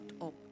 up